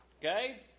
Okay